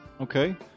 okay